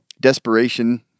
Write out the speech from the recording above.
desperation